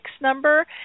number